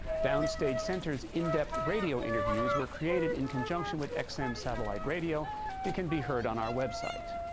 downstage center's in-depth radio interviews were created in conjunction with x m. satellite radio and can be heard on our website.